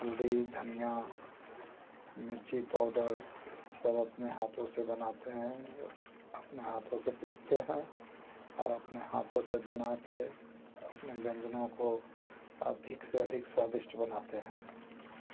हल्दी धनियाँ मिर्ची पाउडर सब अपने हाथों से बनाते हैं अपने हाथों से पीसते हैं अपने व्यंजनों को अधिक से अधिक स्वादिष्ट बनाते हैं